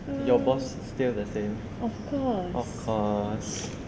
your boss is still the same of course